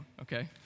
okay